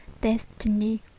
destiny